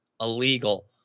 illegal